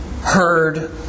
heard